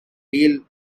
deal